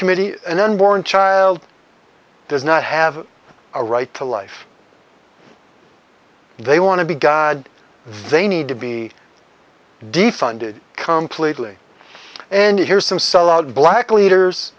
committee and unborn child does not have a right to life they want to be god they need to be defunded completely and here's some solid black leaders